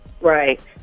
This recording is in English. Right